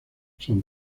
son